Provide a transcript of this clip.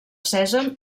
sèsam